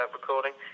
recording